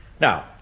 Now